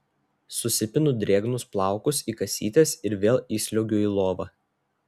susipinu drėgnus plaukus į kasytes ir vėl įsliuogiu į lovą